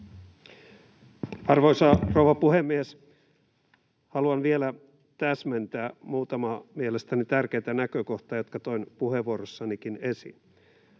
Arvoisa rouva puhemies! Haluan vielä täsmentää muutamaa mielestäni tärkeää näkökohtaa, jotka toin puheenvuorossanikin esiin.